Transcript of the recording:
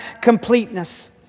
completeness